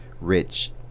rich